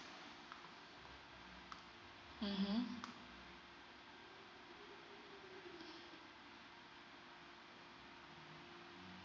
mmhmm